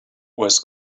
was